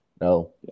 no